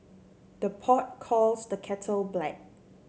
the pot calls the kettle black